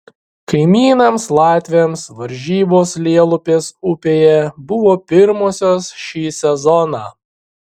kaimynams latviams varžybos lielupės upėje buvo pirmosios šį sezoną